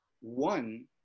one